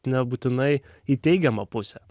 nebūtinai į teigiamą pusę